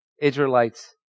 Israelites